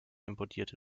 importierte